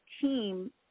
team